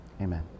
Amen